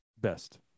Best